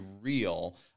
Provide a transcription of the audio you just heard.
real